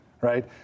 Right